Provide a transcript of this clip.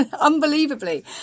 unbelievably